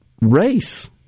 race